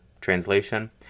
translation